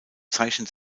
zeichnet